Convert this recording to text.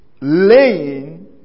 laying